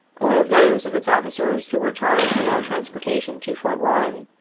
or of those of its officers who were charged with our transportation to fort warren,